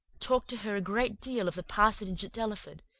talked to her a great deal of the parsonage at delaford,